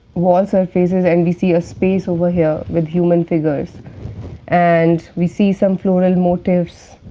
wall surfaces and we see a space over here with human figures and we see some floral motifs,